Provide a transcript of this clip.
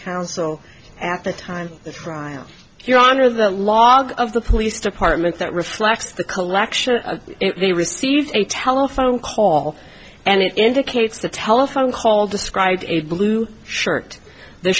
counsel at the time the trial your honor the log of the police department that reflects the collection they received a telephone call and it indicates the telephone call described in a blue shirt the